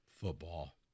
Football